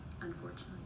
Unfortunately